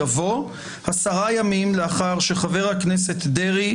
יבוא "עשרה ימים לאחר שחבר הכנסת דרעי,